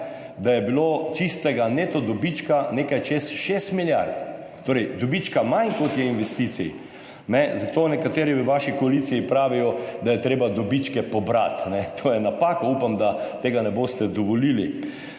da je bilo čistega neto dobička nekaj čez 6 milijard. Torej, dobička manj, kot je investicij. Zato nekateri v vaši koaliciji pravijo, da je treba dobičke pobrati. To je napaka. Upam, da tega ne boste dovolili.